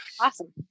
Awesome